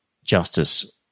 justice